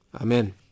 Amen